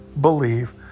believe